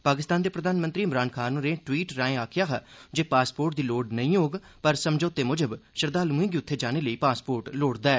पाकिस्तान दे प्रधानमंत्री इमरान खान होरें टवीट् राएं आखेआ हा जे पासपोर्ट दी लोड़ नेई होग पर समझौते मुजब श्रद्धालुएं गी उत्थे जाने लेई पासपोर्ट लोड़चदा ऐ